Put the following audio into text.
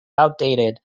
outdated